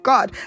God